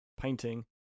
painting